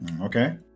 Okay